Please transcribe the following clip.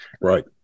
Right